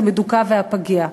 המדוכא והפגיע.